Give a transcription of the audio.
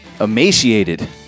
Emaciated